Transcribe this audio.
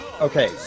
Okay